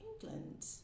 England